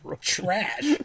trash